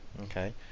Okay